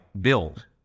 build